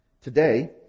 Today